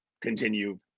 continue